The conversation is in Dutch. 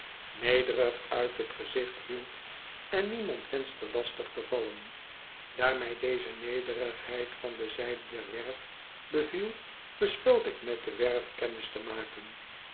uit t gezicht hield en niemand wenschte lastig te vallen daar mij deze nederigheid van de zijde der werf beviel besloot ik met de werf kennis te maken